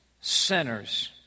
sinners